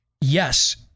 yes